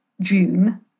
June